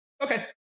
Okay